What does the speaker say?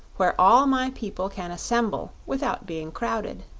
where all my people can assemble without being crowded.